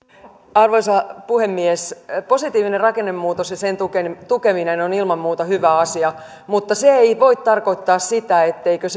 arvoisa puhemies positiivinen rakennemuutos ja sen tukeminen tukeminen on ilman muuta hyvä asia mutta se ei voi tarkoittaa sitä etteikö